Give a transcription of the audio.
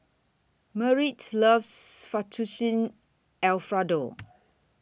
Merritt loves Fettuccine Alfredo